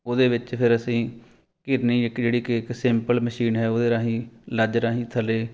ਉਹਦੇ ਵਿੱਚ ਫਿਰ ਅਸੀਂ ਘਿਰਨੀ ਇੱਕ ਜਿਹੜੀ ਕਿ ਇੱਕ ਸਿੰਪਲ ਮਸ਼ੀਨ ਹੈ ਉਹਦੇ ਰਾਹੀਂ ਲੱਜ ਰਾਹੀਂ ਥੱਲੇ